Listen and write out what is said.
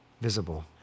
visible